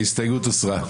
ההסתייגות הוסרה.